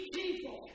people